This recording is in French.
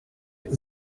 zéro